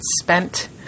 spent